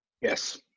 Yes